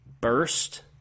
burst